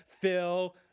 Phil